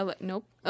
nope